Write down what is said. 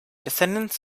descendants